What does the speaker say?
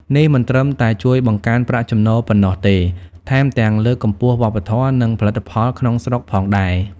នេះមិនត្រឹមតែជួយបង្កើនប្រាក់ចំណូលប៉ុណ្ណោះទេ ថែមទាំងលើកកម្ពស់វប្បធម៌ និងផលិតផលក្នុងស្រុកផងដែរ។